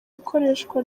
ikoreshwa